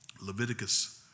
Leviticus